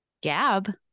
Gab